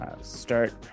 start